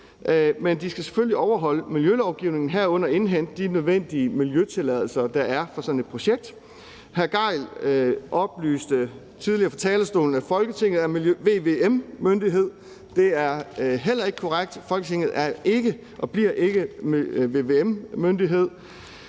Men de skal selvfølgelig overholde miljølovgivningen, herunder indhente de nødvendige miljøtilladelser, der er for sådan et projekt. Hr. Torsten Gejl oplyste tidligere fra talerstolen, at Folketinget er vvm-myndighed. Det er heller ikke korrekt. Folketinget er ikke og bliver ikke vvm-myndighed.